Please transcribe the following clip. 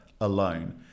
alone